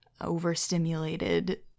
overstimulated